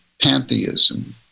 pantheism